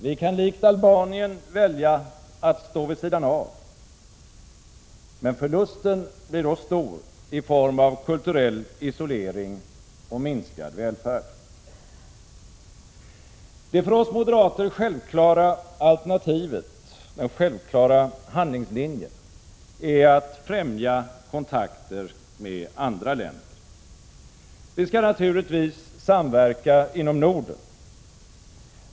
Vi kan likt Albanien välja att stå vid sidan av. Men förlusten blir då stor i form av kulturell isolering och minskad välfärd. Det för oss moderater självklara alternativet, den självklara handlingslinjen, är att främja kontakter med andra länder. Vi skall naturligtvis samverka inom Norden.